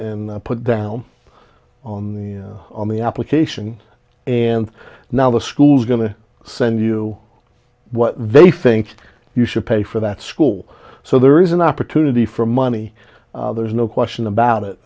put down on the application and now the school's going to send you what they think you should pay for that school so there is an opportunity for money there's no question about